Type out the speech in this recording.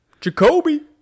Jacoby